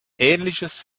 ähnliches